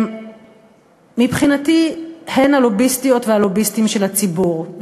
מבחינתי הן הלוביסטיות והלוביסטים של הציבור,